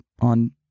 on